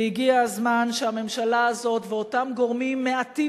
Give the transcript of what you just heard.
והגיע הזמן שהממשלה הזאת ואותם גורמים מעטים